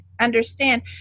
understand